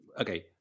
okay